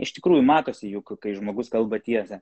iš tikrųjų matosi juk kai žmogus kalba tiesą